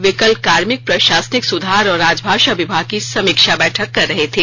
वे कल कार्मिक प्रशासनिक सुधार और राजभाषा विभाग की समीक्षा बैठक कर रहे थे